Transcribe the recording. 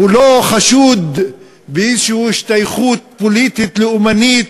הוא לא חשוד באיזו השתייכות פוליטית לאומנית,